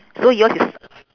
so yours is